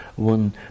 one